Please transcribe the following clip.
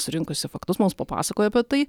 surinkusi faktus mums papasakojo apie tai